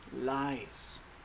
lies